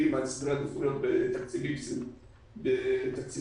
בסדרי עדיפויות בתקציבי המדינה.